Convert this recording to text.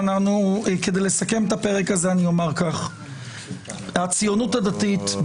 כדי לסכם את הפרק הזה אומר כך: הציונות הדתית,